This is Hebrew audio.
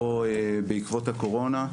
או בעקבות הקורונה,